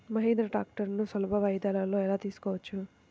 మహీంద్రా ట్రాక్టర్లను సులభ వాయిదాలలో ఎలా తీసుకోవచ్చు?